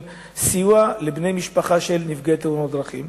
לסיוע לבני משפחה של נפגעי תאונות דרכים,